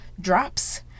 drops